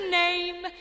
name